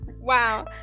Wow